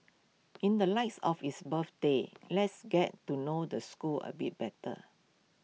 in the lights of its birthday let's get to know the school A bit better